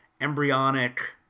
embryonic